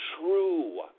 true